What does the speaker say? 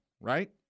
right